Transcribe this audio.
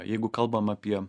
jeigu kalbam apie